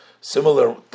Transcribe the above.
similar